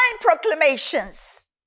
proclamations